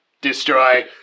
destroy